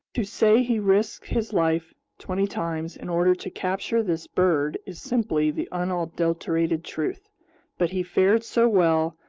to say he risked his life twenty times in order to capture this bird is simply the unadulterated truth but he fared so well,